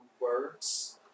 words